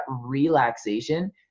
relaxation